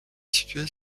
située